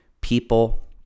people